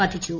വധിച്ചു